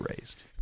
raised